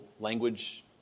language